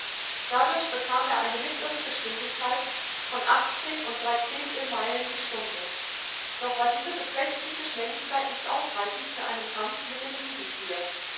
dadurch bekam er eine mittlere geschwindigkeit von achtzehn und dreizehntel meilen die stunde doch war diese beträchtliche schnelligkeit nicht ausreichend für einen kampf mit dem